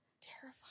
terrifying